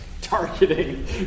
targeting